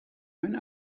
mijn